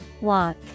Walk